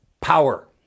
power